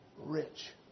rich